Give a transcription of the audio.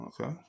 okay